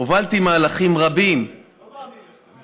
הובלתי מהלכים רבים, לא מאמין לך.